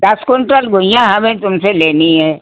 दस कुन्टल घुइयाँ हमें तुमसे लेनी है